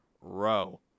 Row